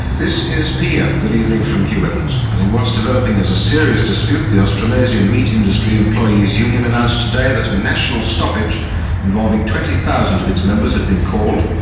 this is pm, good evening from hugh evans. and in what's developing as a serious dispute, the australasian meat industry employees union announced today that a national stoppage involving twenty thousand of its members had been called,